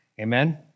Amen